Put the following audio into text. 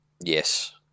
Yes